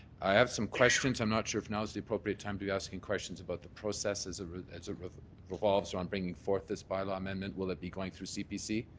i have some questions, i'm not sure if now is the appropriate time to be asking questions about the process as ah as it revolves around bringing forth this bylaw amendment. will it be going through cpc?